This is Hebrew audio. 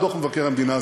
דוח מבקר המדינה,